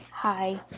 Hi